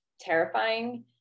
terrifying